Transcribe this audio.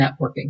networking